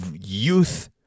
youth